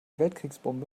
weltkriegsbombe